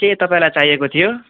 के तपाईँलाई चाहिएको थियो